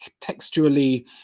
textually